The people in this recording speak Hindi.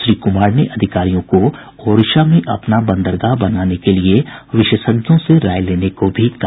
श्री कुमार ने अधिकारियों को ओडिशा में अपना बंदरगाह बनाने के लिए विशेषज्ञों से राय लेने को भी कहा